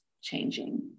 changing